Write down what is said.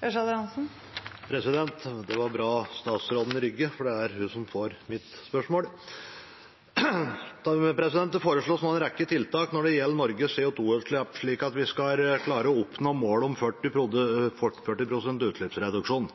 Det foreslås nå en rekke tiltak når det gjelder Norges CO 2 -utslipp for at vi skal klare å oppnå målet om 40 pst. utslippsreduksjon.